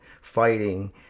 fighting